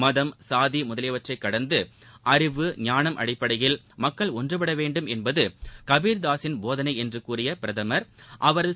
மதம் சாதி முதலியவற்றை கடந்து அறிவு ஞானம் அடிப்படையில் மக்கள் ஒன்றப்பட வேண்டும் என்பது கபீர்தாஸின் போதனை என்று பிரதமர் கூறினார்